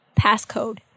passcode